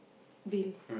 bill